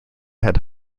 had